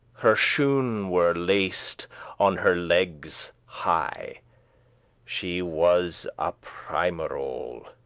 her shoon were laced on her legges high she was a primerole,